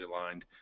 aligned